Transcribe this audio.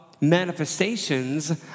manifestations